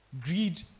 Greed